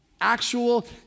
Actual